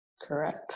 Correct